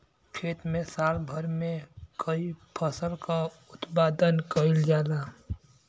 खेत में साल भर में कई फसल क उत्पादन कईल जाला